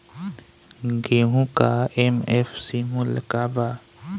गेहू का एम.एफ.सी मूल्य का बा?